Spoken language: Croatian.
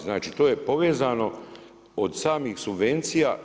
Znači to je povezano od samih subvencija.